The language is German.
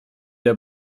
der